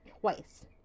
Twice